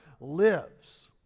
lives